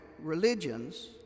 religions